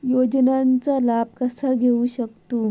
योजनांचा लाभ कसा घेऊ शकतू?